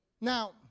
Now